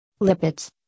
lipids